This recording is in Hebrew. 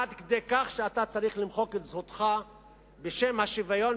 עד כדי כך שאתה צריך למחוק את זכותך בשם השוויון,